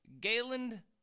Galen